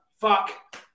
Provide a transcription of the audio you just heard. fuck